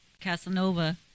Casanova